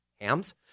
hams